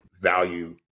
value